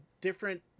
different